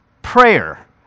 prayer